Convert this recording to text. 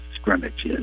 scrimmages